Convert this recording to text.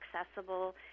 accessible